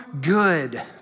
good